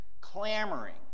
clamoring